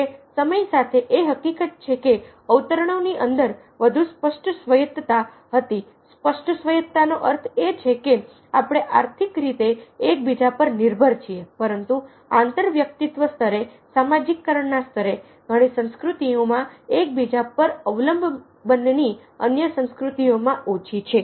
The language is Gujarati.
જોકે સમય સાથે એ હકીકત છે કે અવતરણો ની અંદર વધુ સ્પષ્ટ સ્વાયત્તતા હતી સ્પષ્ટ સ્વાયત્તતાનો અર્થ એ છે કે આપણે આર્થિ કરીતે એકબીજા પર નિર્ભર છીએ પરંતુ આંતર વ્યક્તિત્વ સ્તરે સામાજીકરણ ના સ્તરે ઘણી સંસ્કૃતિઓમાં એકબીજા પર અવલંબનની અન્ય સંસ્કૃતિઓમાં ઓછી છે